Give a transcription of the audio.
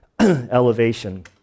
elevation